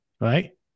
right